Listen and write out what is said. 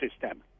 system